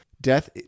death